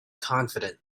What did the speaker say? confident